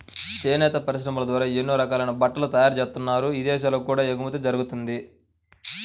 చేనేత పరిశ్రమ ద్వారా ఎన్నో రకాలైన బట్టలు తయారుజేత్తన్నారు, ఇదేశాలకు కూడా ఎగుమతి జరగతంది